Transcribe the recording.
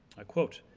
i quote,